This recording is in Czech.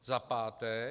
Za páté.